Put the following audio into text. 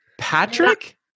Patrick